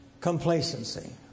Complacency